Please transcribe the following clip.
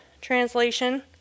translation